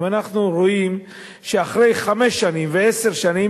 אם אנחנו רואים שאחרי חמש שנים ועשר שנים